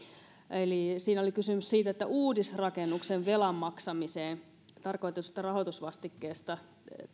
eli siinä oli kysymys siitä että uudisrakennuksen velan maksamiseen tarkoitettua rahoitusvastiketta